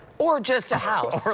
or just a house.